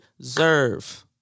deserve